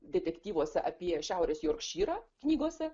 detektyvuose apie šiaurės jorkšyrą knygose